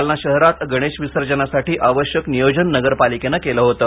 जालना शहरात गणेश विसर्जनासाठी आवश्यक नियोजन नगरपालिकेने केलं होतं